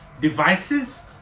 devices